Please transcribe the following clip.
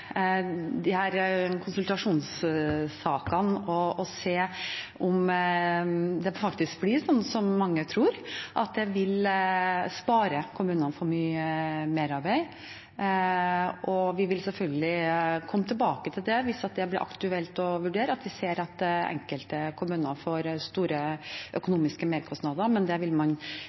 konsultasjonssakene og se om det faktisk blir slik som mange tror, at det vil spare kommunene for mye merarbeid, og vi vil selvfølgelig komme tilbake til det hvis det blir aktuelt, og vurdere det hvis vi ser at enkelte kommuner får store økonomiske merkostnader. Men det vil man